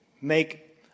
make